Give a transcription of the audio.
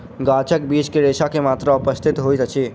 गाछक बीज मे रेशा के मात्रा उपस्थित होइत अछि